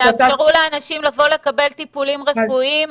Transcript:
תאפשרו לאנשים לבוא לקבל טיפולים רפואיים.